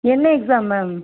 என்ன exam ma'am